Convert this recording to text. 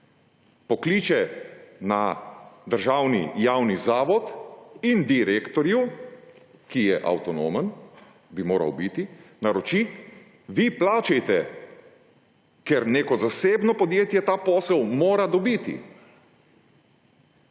pokliče na državni javni zavod in direktorju, ki je avtonomen, bi moral biti, naroči, vi plačajte, ker neko zasebno podjetje ta posel mora dobiti.